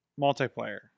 multiplayer